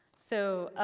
so